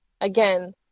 Again